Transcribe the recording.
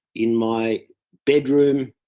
in my bedroom.